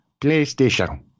PlayStation